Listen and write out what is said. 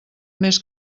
més